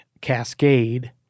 cascade